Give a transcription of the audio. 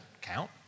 count